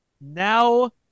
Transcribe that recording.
now